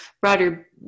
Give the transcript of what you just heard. broader